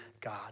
God